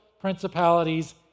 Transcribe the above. principalities